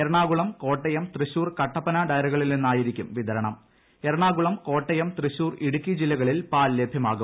എറണാകുളം കോട്ടയം തൃശൂർ കട്ടപ്പന ഡെയറികളിൽ നിന്നായിരിക്കും വിതരണം എറണാകുളം കോട്ടയം തൃശൂർ ഇടുക്കി ജില്ലകളിൽ പാൽ ലഭ്യമാവും